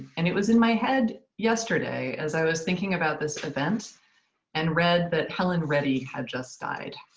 and it was in my head yesterday as i was thinking about this event and read that helen reddy had just died.